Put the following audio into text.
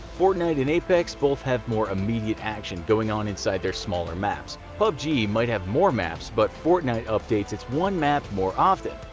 fortnite and apex both have more immediate action going on inside their smaller maps. pubg might have more maps, but fortnite updates its one map more often.